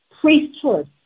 priesthood